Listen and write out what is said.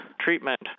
treatment